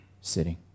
sitting